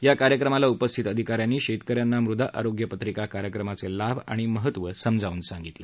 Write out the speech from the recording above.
या कार्यक्रमाला उपस्थित अधिकाऱ्यांनी शेतकऱ्यांना मृदा आरोग्य पत्रिका कार्यक्रमाचे लाभ आणि महत्व समजावून सांगितलं